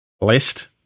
list